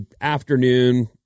afternoon